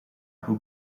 who